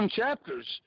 chapters